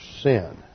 sin